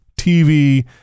TV